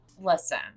listen